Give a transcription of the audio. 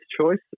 choice